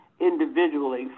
individually